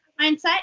mindset